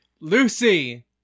Lucy